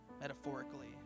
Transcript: metaphorically